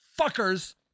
fuckers